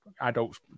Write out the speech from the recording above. adults